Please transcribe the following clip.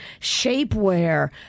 shapewear